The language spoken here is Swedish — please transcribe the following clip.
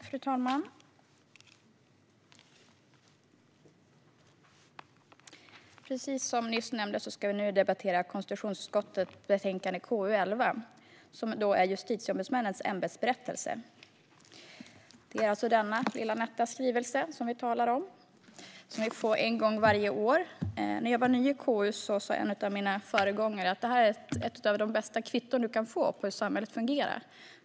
Fru talman! Vi ska nu debattera konstitutionsutskottets betänkande KU11 om Justitieombudsmännens ämbetsberättelse. Vi talar alltså om den lilla nätta redogörelse som jag håller i här. Den får vi en gång varje år. När jag var ny i KU sa en av mina föregångare: Detta är ett av de bästa kvitton du kan få på hur samhället fungerar.